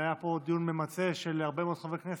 והיה פה דיון ממצה של הרבה מאוד חברי כנסת.